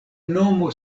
nomo